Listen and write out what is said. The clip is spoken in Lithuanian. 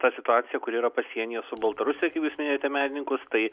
ta situacija kur yra pasienyje su baltarusija kaip jūs minėjote medininkus tai